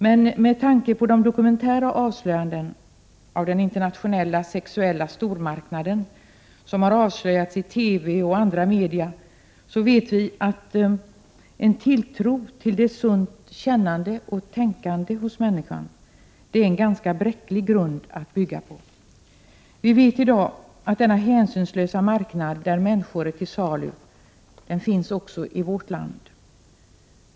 Men med tanke på de dokumentära avslöjanden av den internationella sexuella stormarknaden som har gjorts i TV och andra media vet vi att en tilltro till det sunt kännande och tänkande hos människan är en ganska bräcklig grund att bygga på. Vi vet i dag att denna hänsynslösa marknad, där människor är till salu, finns också i vårt land.